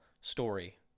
story